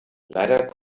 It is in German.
leider